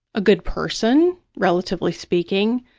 a good person, relatively speaking,